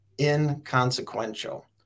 inconsequential